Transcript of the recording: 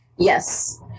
Yes